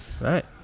Right